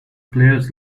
players